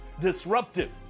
disruptive